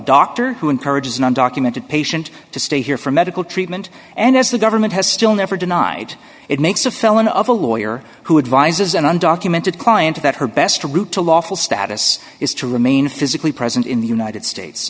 doctor who encourages an undocumented patient to stay here for medical treatment and as the government has still never denied it makes a felon of a lawyer who advises an undocumented client that her best route to lawful status is to remain physically present in the united states